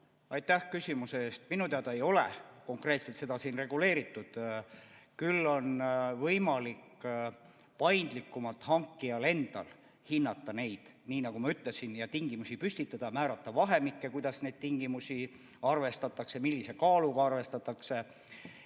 Aitäh küsimuse eest! Minu teada ei ole konkreetselt seda siin reguleeritud. Küll on võimalik paindlikumalt hankijal endal hinnata, nagu ma ütlesin, ja tingimusi püstitada, määrata vahemikke, kuidas neid tingimusi arvestatakse, otsustada, millise kaaluga arvestatakse